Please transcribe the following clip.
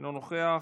אינו נוכח,